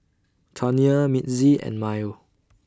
Tanya Mitzi and Myer